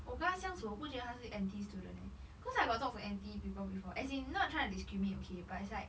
我跟他相处我不觉得他是 N_T student leh because I got talk to N_T people before as in not trying to discriminate okay but it's like